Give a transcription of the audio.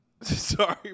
Sorry